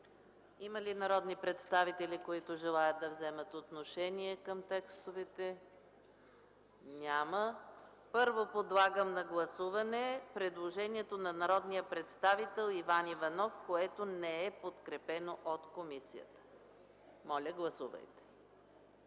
Има ли народни представители, които желаят да вземат отношение по текстовете? Няма. Подлагам на гласуване предложението на народния представител Иван Иванов, което не е подкрепено от комисията. Гласували